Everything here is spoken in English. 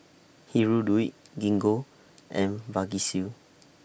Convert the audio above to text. Hirudoid Gingko and Vagisil